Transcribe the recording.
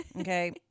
Okay